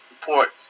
reports